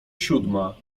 siódma